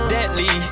Deadly